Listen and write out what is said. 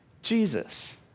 Jesus